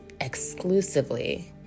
exclusively